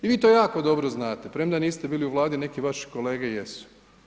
I vi to jako dobro znate, premda niste bili u Vladi neki vaši kolege jesu.